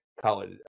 college